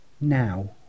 now